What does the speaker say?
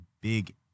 big